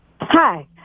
Hi